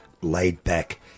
laid-back